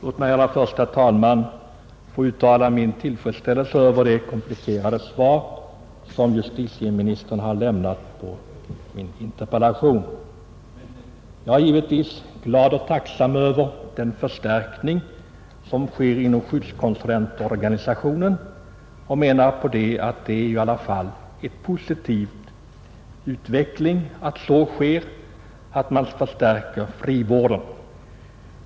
Herr talman! Låt mig först få uttala min tillfredsställelse över justititeministerns kompletterande svar. Jag är givetvis glad och tacksam för den förstärkning som sker inom skyddskonsulentorganisationen; det är positivt att frivården förstärks.